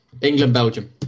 England-Belgium